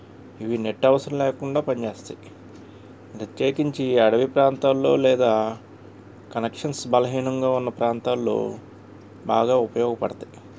ఇవి నెట్ అవసరం లేకుండా పని చేస్తాయి ప్రత్యేకించి అడవి ప్రాంతాల్లో లేదా కనెక్షన్స్ బలహీనంగా ఉన్న ప్రాంతాల్లో బాగా ఉపయోగపడతాయి